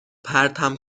پرتم